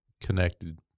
connected